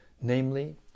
namely